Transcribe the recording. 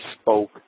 spoke